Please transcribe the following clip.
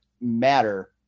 matter